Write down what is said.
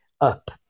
up